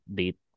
date